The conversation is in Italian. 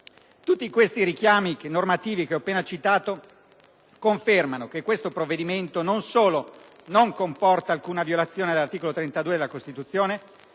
Tutti questi richiami normativi citati confermano che il provvedimento in esame non solo non comporta una violazione dell'articolo 32 della Costituzione,